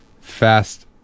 Fast